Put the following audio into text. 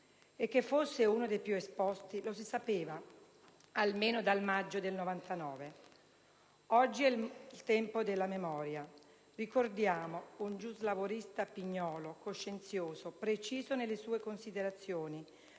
E che fosse uno dei più esposti lo si sapeva, almeno dal maggio del 1999. Oggi è il tempo della memoria. Ricordiamo un giuslavorista pignolo, coscienzioso, preciso nelle sue considerazioni,